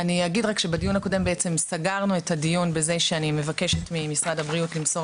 בדיון הקודם סגרנו את הדיון בזה שאני מבקשת ממשרד הבריאות למסור